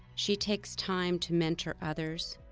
she takes time to mentor others.